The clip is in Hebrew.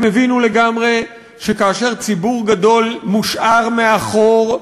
הם הבינו לגמרי שכאשר ציבור גדול מושאר מאחור,